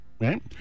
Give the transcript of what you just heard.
right